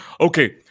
Okay